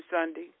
Sunday